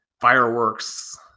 fireworks